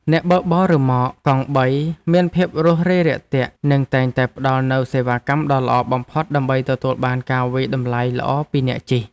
អ្នកបើកបររ៉ឺម៉កកង់បីមានភាពរួសរាយរាក់ទាក់និងតែងតែផ្តល់នូវសេវាកម្មដ៏ល្អបំផុតដើម្បីទទួលបានការវាយតម្លៃល្អពីអ្នកជិះ។